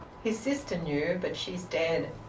his sister knew, but she's dead.